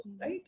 right